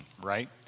right